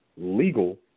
legal